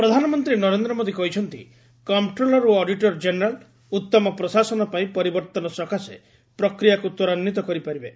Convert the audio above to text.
PM ଏଜି ପ୍ରଧାନମନ୍ତ୍ରୀ ନରେନ୍ଦ୍ର ମୋଦୀ କହିଛନ୍ତି କମ୍ପ୍ରୋଲର ଓ ଅଡିଟର ଜେନେରାଲ୍ ଉତ୍ତମ ପ୍ରଶାସନ ପାଇଁ ପରିବର୍ତ୍ତନ ସକାଶେ ପ୍ରକ୍ରିୟାକୁ ତ୍ୱରାନ୍ୱିତ କରିପାରିବେ